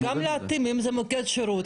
וגם להתאים, אם זה מוקד שירות.